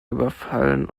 überfallen